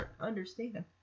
understand